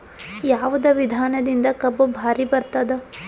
ಯಾವದ ವಿಧಾನದಿಂದ ಕಬ್ಬು ಭಾರಿ ಬರತ್ತಾದ?